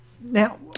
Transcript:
now